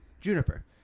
Juniper